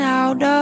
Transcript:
out